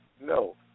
No